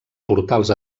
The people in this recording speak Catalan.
portals